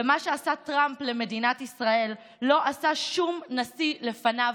ומה שעשה טראמפ למדינת ישראל לא עשה שום נשיא לפניו,